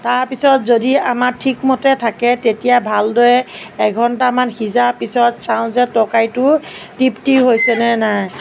তাৰপিছত যদি আমাৰ ঠিকমতে থাকে তেতিয়া ভালদৰে এঘণ্টামান সিজাৰ পিছত চাওঁ যে তৰকাৰিটো তৃপ্তি হৈছেনে নাই